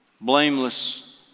blameless